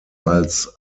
als